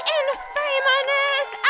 infamous